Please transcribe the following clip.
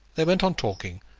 they went on talking,